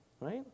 right